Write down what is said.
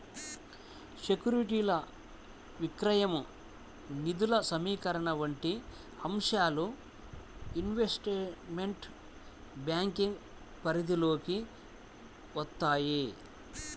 సెక్యూరిటీల విక్రయం, నిధుల సమీకరణ వంటి అంశాలు ఇన్వెస్ట్మెంట్ బ్యాంకింగ్ పరిధిలోకి వత్తాయి